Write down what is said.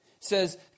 says